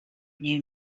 knew